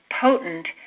potent